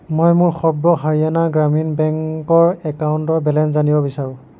মই মোৰ সৰ্ব হাৰিয়ানা গ্ৰামীণ বেংকৰ একাউণ্টৰ বেলেঞ্চ জানিব বিচাৰো